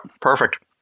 perfect